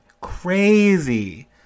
Crazy